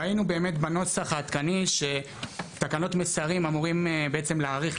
ראינו באמת בנוסח העדכני שתקנות מסרים אמורים בעצם להאריך,